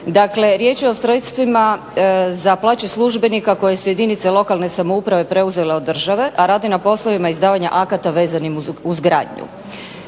dakle, riječ je o sredstvima za plaće službenika koje su jedinice lokalne samouprave preuzele od države a radi na poslovima izdavanja akata vezanim uz gradnju.